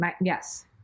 Yes